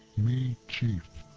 me chief!